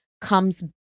comes